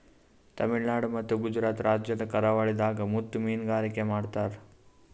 ತಮಿಳುನಾಡ್ ಮತ್ತ್ ಗುಜರಾತ್ ರಾಜ್ಯದ್ ಕರಾವಳಿದಾಗ್ ಮುತ್ತ್ ಮೀನ್ಗಾರಿಕೆ ಮಾಡ್ತರ್